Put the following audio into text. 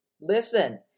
Listen